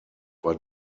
war